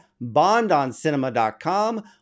bondoncinema.com